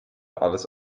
alles